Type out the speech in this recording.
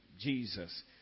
Jesus